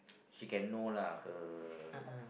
she can know lah her